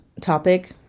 topic